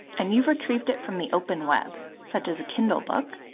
and you've retrieved it from the open web, such as a kindle book,